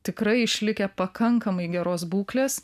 tikrai išlikę pakankamai geros būklės